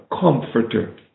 Comforter